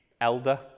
elder